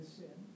sin